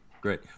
great